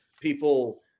people